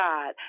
God